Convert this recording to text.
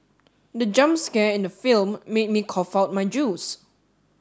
the jump scare in the film made me cough out my juice